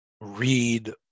read